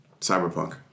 Cyberpunk